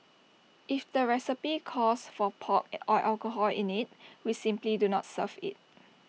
if the recipe calls for pork or alcohol in IT we simply do not serve IT